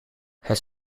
het